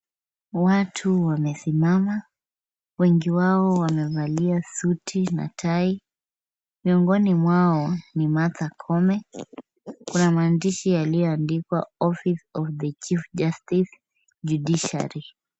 Watu wamesimama. Wengi wao wamevalia suti na tai. Miongoni mwao ni Martha Koome. Kuna maandishi yaliyoandikwa office of the chief justice judiciary .